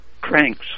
cranks